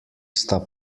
sta